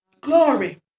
Glory